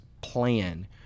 plan